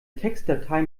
textdatei